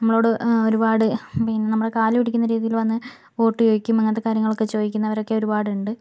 നമ്മളോട് ഒരുപാട് പിന്നെ നമ്മളുടെ കാലു പിടിക്കുന്ന രീതിയിൽ വന്ന് വോട്ട് ചോദിക്കും അങ്ങനത്തെ കാര്യങ്ങളൊക്കെ ചോദിക്കുന്നവരൊക്കെ ഒരുപാടുണ്ട്